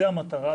זו המטרה,